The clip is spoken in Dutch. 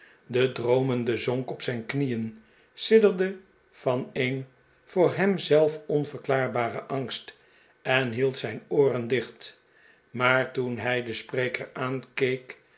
de droomende zonk op zijn knieen sidderde van een voor hem zelf onverklaarbaren angst en hield zijn ooren dicht maar toen hij den spreker aankeek